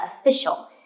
official